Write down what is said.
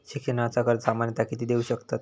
शिक्षणाचा कर्ज सामन्यता किती देऊ शकतत?